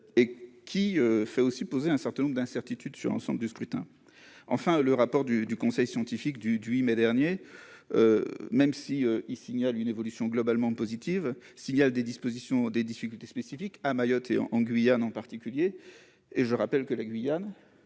ce qui fait également peser un certain nombre d'incertitudes sur l'ensemble du scrutin. Enfin, le rapport du conseil scientifique du 8 mai dernier, même s'il signale une évolution globalement positive, note qu'il existe des difficultés spécifiques à Mayotte et en Guyane. Or la Guyane,